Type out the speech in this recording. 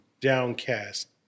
downcast